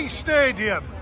stadium